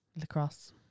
Lacrosse